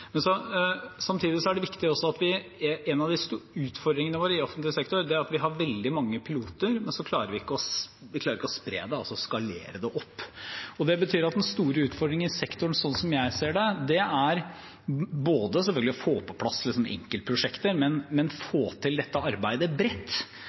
Men samtidig er det viktig at en av utfordringene våre i offentlig sektor er at vi har veldig mange piloter, men vi klarer ikke å spre det, altså skalere det opp. Det betyr at den store utfordringen i sektoren sånn som jeg ser det, er selvfølgelig å få på plass enkeltprosjekter, men